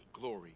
glory